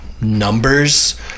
numbers